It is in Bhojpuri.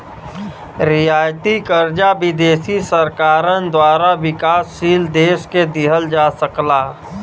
रियायती कर्जा विदेशी सरकारन द्वारा विकासशील देश के दिहल जा सकला